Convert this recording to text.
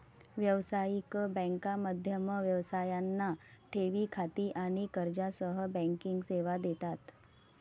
व्यावसायिक बँका मध्यम व्यवसायांना ठेवी खाती आणि कर्जासह बँकिंग सेवा देतात